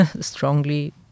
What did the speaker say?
strongly